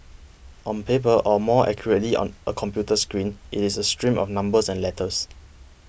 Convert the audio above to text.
on paper or more accurately on a computer screen it is a stream of numbers and letters